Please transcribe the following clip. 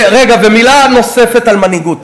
ומילה נוספת על מנהיגות.